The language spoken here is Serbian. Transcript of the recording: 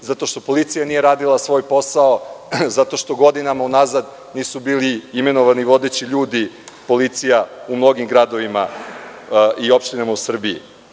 zato što policija nije radila svoj posao zato što godinama unazad nisu bili imenovani vodeći ljudi policija u mnogim gradovima i opštinama u Srbiji.